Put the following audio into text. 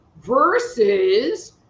Versus